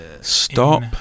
Stop